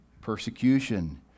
persecution